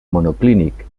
monoclínic